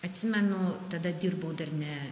atsimenu tada dirbau dar ne